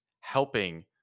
helping